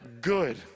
good